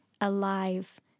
alive